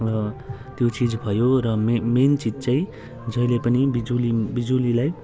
र त्यो चिज भयो र मे मेन चिज चाहिँ जहिले पनि बिजुली बिजुलीलाई